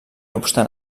obstant